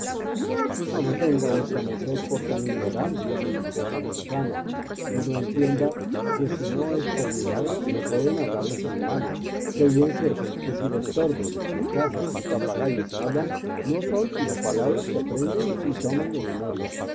no me tenga vuesa merced por tan ignorante replicó campuzano que no entienda que si no es por milagro no pueden hablar los animales que bien sé que si los tordos picazas y papagayos hablan no son s ino las palabras que aprenden y toman de memoria